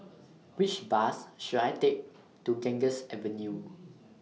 Which Bus should I Take to Ganges Avenue